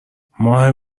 ماه